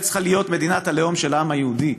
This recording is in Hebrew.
צריכה להיות מדינת הלאום של העם היהודי.